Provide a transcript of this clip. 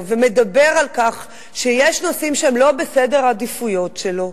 ומדבר על כך שיש נושאים שהם לא בסדר העדיפויות שלו,